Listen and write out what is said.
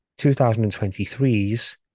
2023's